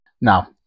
Now